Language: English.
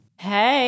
Hey